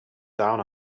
down